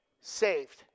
saved